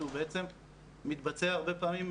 שהוא בעצם מתבצע הרבה פעמים,